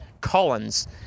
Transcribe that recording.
Collins